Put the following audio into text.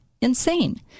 insane